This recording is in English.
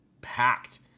packed